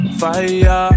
fire